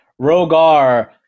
Rogar